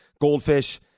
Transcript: goldfish